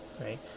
right